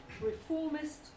reformist